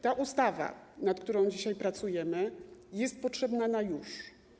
Ta ustawa, nad którą dzisiaj pracujemy, jest potrzebna na już.